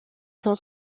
sont